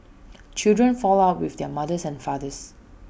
children fall out with their mothers and fathers